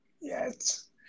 Yes